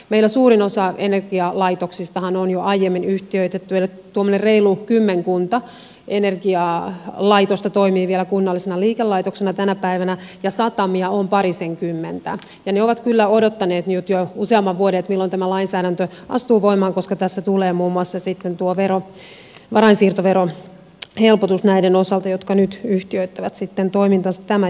meillä suurin osa energialaitoksistahan on jo aiemmin yhtiöitetty eli tuommoinen reilu kymmenkunta energialaitosta toimii vielä kunnallisena liikelaitoksena tänä päivänä ja satamia on parisenkymmentä ja ne ovat kyllä odottaneet nyt jo useamman vuoden milloin tämä lainsäädäntö astuu voimaan koska tässä tulee muun muassa varainsiirtoveron helpotus näiden osalta jotka nyt yhtiöittävät toimintansa tämän johdosta